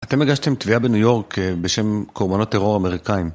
אתם הגשתם תביעה בניו יורק בשם קורבנות טרור אמריקאים.